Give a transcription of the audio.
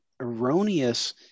erroneous